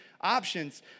options